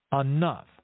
enough